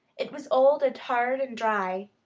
it was old and hard and dry.